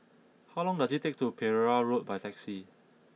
how long does it take to get to Pereira Road by taxi